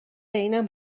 اینم